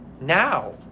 now